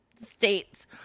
states